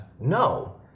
no